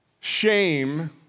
shame